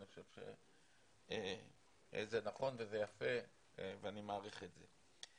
אני חושב שזה נכון וזה יפה ואני מעריך את זה.